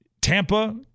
Tampa